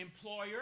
employer